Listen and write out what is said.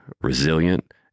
resilient